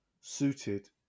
suited